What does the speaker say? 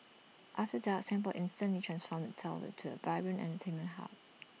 after dark Singapore instantly transforms itself into A vibrant entertainment hub